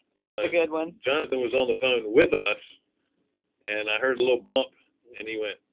it was a good one. jonathan was on the phone with us and i heard a little bump and he went,